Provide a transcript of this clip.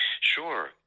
Sure